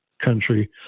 country